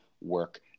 work